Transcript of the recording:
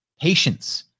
patience